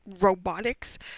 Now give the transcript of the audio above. robotics